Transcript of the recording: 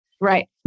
Right